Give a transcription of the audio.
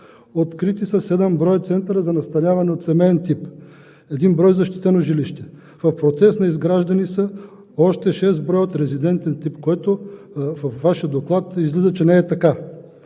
Открити са седем броя центъра за настаняване от семеен тип, един брой защитено жилище. В процес на изграждане са още шест броя от резидентен тип, което във Вашия доклад излиза, че не е така.